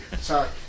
Sorry